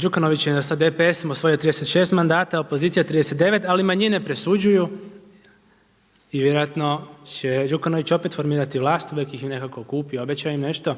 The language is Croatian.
Đukanović je sa DPS-om osvojio 36 mandata, opozicija 39 ali manjine presuđuju i vjerojatno će Đukanović opet formirati vlast, uvijek ih nekako kupi, obeća im nešto.